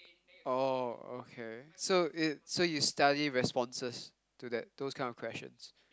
oh okay so it so you study responses to that those kind of questions